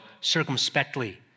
circumspectly